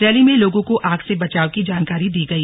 rally में लोगों को आग से बचाव की जानकारी दी गई